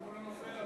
אם הוא לא נופל.